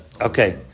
Okay